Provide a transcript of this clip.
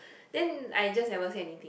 then I just never say anything